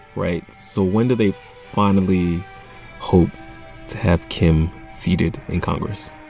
right? so when do they finally hope to have kim seated in congress?